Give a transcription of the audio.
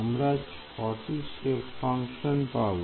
আমরা 6 টি shape function পাব